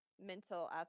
mental